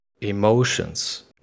emotions